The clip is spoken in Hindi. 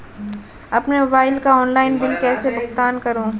अपने मोबाइल का ऑनलाइन बिल कैसे भुगतान करूं?